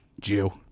Jew